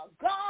God